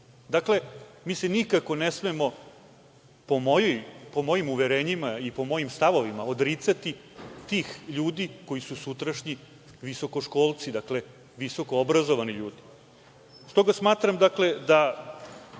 dinara. Dakle, mi se nikako ne smemo, po mojim uverenjima i po mojim stavovima, odricati tih ljudi koji su sutrašnji visokoškolci, dakle visokoobrazovani ljudi. Stoga smatram upravo zato